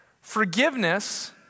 forgiveness